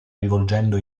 rivolgendo